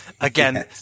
again